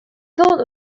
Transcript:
thought